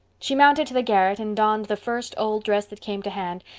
she mounted to the garret and donned the first old dress that came to hand.